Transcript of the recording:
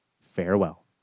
farewell